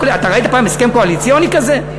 אתה ראית פעם הסכם קואליציוני כזה?